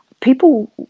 people